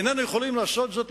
איננו יכולים לעשות זאת,